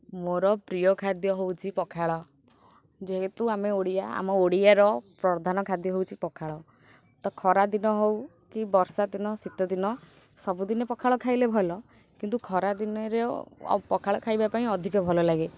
ମୋର ପ୍ରିୟ ଖାଦ୍ୟ ହେଉଛି ପଖାଳ ଯେହେତୁ ଆମେ ଓଡ଼ିଆ ଆମ ଓଡ଼ିଆର ପ୍ରଧାନ ଖାଦ୍ୟ ହେଉଛି ପଖାଳ ତ ଖରାଦିନ ହେଉ କି ବର୍ଷା ଦିନ ଶୀତ ଦିନ ସବୁଦିନେ ପଖାଳ ଖାଇଲେ ଭଲ କିନ୍ତୁ ଖରାଦିନରେ ପଖାଳ ଖାଇବା ପାଇଁ ଅଧିକ ଭଲ ଲାଗେ